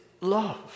love